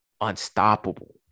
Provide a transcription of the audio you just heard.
unstoppable